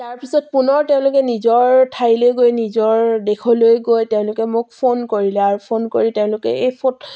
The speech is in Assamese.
তাৰপিছত পুনৰ তেওঁলোকে নিজৰ ঠাইলৈ গৈ নিজৰ দেশলৈ গৈ তেওঁলোকে মোক ফোন কৰিলে আৰু ফোন কৰি তেওঁলোকে এই ফোট